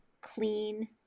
clean